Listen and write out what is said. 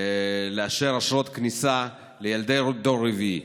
לאשר אשרות כניסה לילדי דור רביעי.